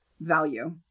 value